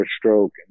stroke